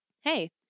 Hey